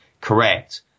correct